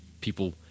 people